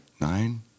Nine